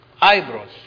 eyebrows